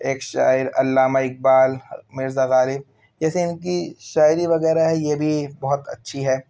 ایک شاعر علّامہ اقبال مرزا غالب جیسے ان کی شاعری وغیرہ ہے یہ بھی بہت اچّھی ہے